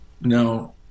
No